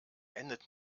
endet